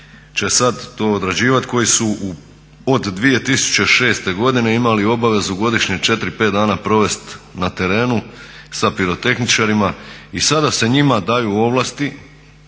će sad to odrađivati koji su od 2006. godine imali obavezu godišnje četiri, pet dana provesti na terenu sa pirotehničarima i sada se njima daju ovlasti,